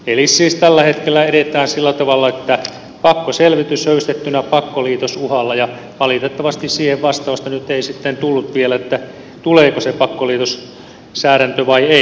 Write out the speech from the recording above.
eli siis tällä hetkellä edetään sillä tavalla että on pakkoselvitys höystettynä pakkoliitosuhalla ja valitettavasti siihen nyt ei tullut vielä vastausta tuleeko se pakkoliitossäädäntö vai ei